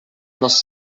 les